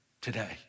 today